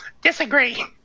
disagree